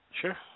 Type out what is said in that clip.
Sure